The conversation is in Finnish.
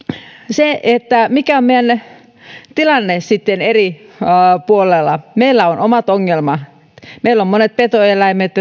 mikä on meidän tilanteemme sitten eri puolilla meillä on omat ongelmamme meillä ovat monet petoeläimet